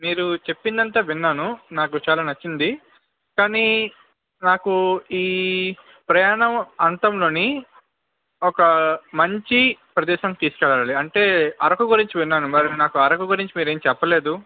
మీరు చెప్పింది అంతా విన్నాను నాకు చాలా నచ్చింది కానీ నాకు ఈ ప్రయాణం అంతంలోని ఒక మంచి ప్రదేశం తీసుకెళ్ళాలి అంటే అరకు గురించి విన్నాను మరి నాకు అరకు గురించి మీరు ఏమి చెప్పలేదు